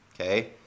Okay